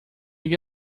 get